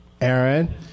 Aaron